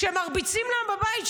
כשמרביצים לה בבית,